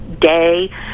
day